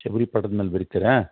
ಶಬರಿ ಪಾಠದ ಮೇಲೆ ಬರೆತೀರಾ